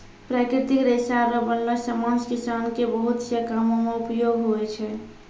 प्राकृतिक रेशा रो बनलो समान किसान के बहुत से कामो मे उपयोग हुवै छै